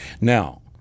now